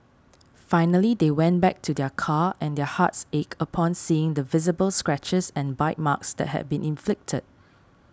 finally they went back to their car and their hearts ached upon seeing the visible scratches and bite marks that had been inflicted